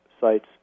sites